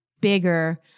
bigger